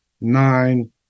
nine